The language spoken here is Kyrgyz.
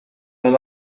мен